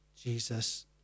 Jesus